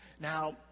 Now